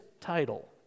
title